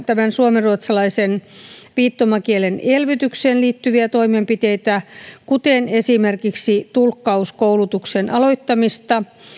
tämän suomenruotsalaisen viittomakielen elvytykseen liittyviä toimenpiteitä kuten esimerkiksi tulkkauskoulutuksen aloittaminen